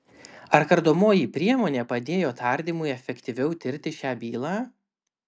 ar kardomoji priemonė padėjo tardymui efektyviau tirti šią bylą